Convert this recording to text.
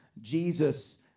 Jesus